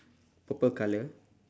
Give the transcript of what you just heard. purple colour